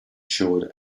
showed